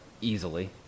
easily